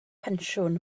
pensiwn